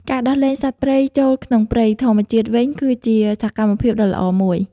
ការដោះលែងសត្វព្រៃចូលក្នុងព្រៃធម្មជាតិវិញគឺជាសកម្មភាពដ៏ល្អមួយ។